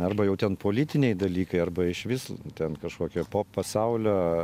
arba jau ten politiniai dalykai arba išvis ten kažkokie pop pasaulio